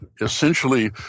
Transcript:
essentially